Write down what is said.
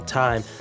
time